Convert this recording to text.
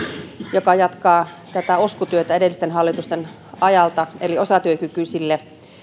joka jatkaa osku työtä edellisten hallitusten ajalta eli osatyökykyisille